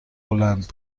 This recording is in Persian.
بلند